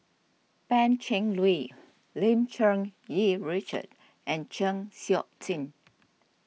Pan Cheng Lui Lim Cherng Yih Richard and Chng Seok Tin